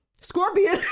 Scorpion